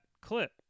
clip